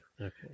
Okay